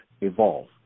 evolve